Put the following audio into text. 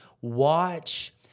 watch